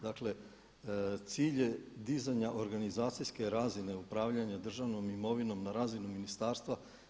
Dakle, cilj je dizanja organizacijske razine upravljanja državnom imovinom na razini ministarstva.